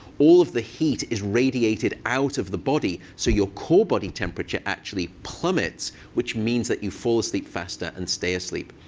all of the heat is radiated out of the body. so your core body temperature actually plummets, which means that you fall asleep faster and stay asleep.